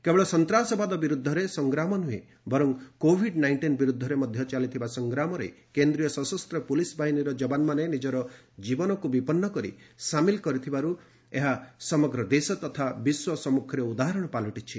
କେବଳ ସନ୍ତାସବାଦ ବିରୁଦ୍ଧରେ ସଂଗ୍ରାମ ନୁହେଁ ବର୍ଚ କୋଭିଡ୍ ନାଇଷ୍ଟିନ୍ ବିରୁଦ୍ଧରେ ମଧ୍ୟ ଚାଲିଥିବା ସଂଗ୍ରାମରେ କେନ୍ଦ୍ରୀୟ ସଶସ୍ତ ପୁଲିସ୍ ବାହିନୀର ଯବାନମାନେ ନିଜର ଜୀବନକୁ ବିପନ୍ନ କରି ସାମିଲ କରିଥିବାରୁ ଏହା ସମଗ୍ର ଦେଶ ତଥା ବିଶ୍ୱ ସମ୍ମୁଖରେ ଉଦାହରଣ ପାଲଟିଛି